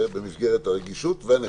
זה במסגרת הרגישות והנחישות.